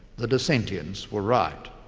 the dissentients were right.